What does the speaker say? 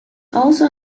also